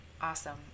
Awesome